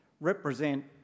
represent